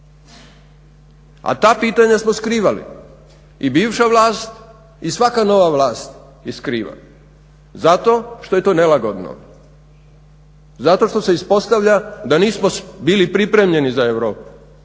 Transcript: A ta pitanja smo skrivali i bivša vlast i svaka nova vlast je skriva zato što je to nelagodno, zato što se ispostavlja da nismo bili pripremljeni za Europu,